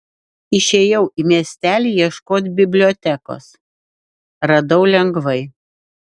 išėjau į miestelį ieškot bibliotekos radau lengvai